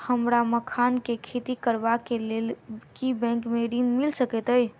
हमरा मखान केँ खेती करबाक केँ लेल की बैंक मै ऋण मिल सकैत अई?